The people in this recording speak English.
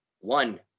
one